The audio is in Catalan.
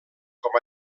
com